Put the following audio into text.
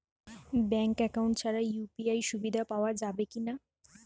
Bank account ছাড়া UPI সুবিধা পাওয়া যাবে কি না?